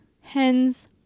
hens